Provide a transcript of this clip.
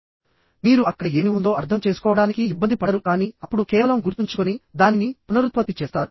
కాబట్టి మీరు అక్కడ ఏమి ఉందో అర్థం చేసుకోవడానికి ఇబ్బంది పడరు కానీ అప్పుడు మీరు కేవలం గుర్తుంచుకుని దానిని పునరుత్పత్తి చేస్తారు